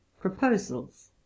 Proposals